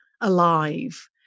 alive